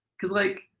because like,